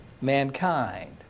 mankind